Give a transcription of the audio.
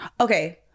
Okay